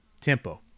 tempo